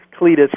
Cletus